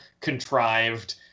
contrived